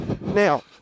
now